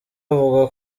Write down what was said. avuga